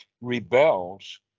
rebels